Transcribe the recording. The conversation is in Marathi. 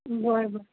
बरं बरं